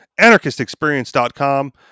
Anarchistexperience.com